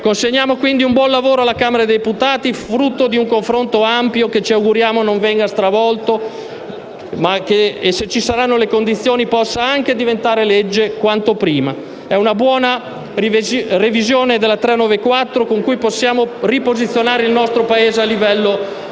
Consegniamo, quindi, un buon lavoro alla Camera dei deputati, frutto di un confronto ampio, che ci auguriamo non venga stravolto e, se ci saranno le condizioni, possa diventare legge quanto prima. È una buona revisione della legge n. 394 con la quale possiamo riposizionare il nostro Paese a livello